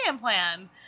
plan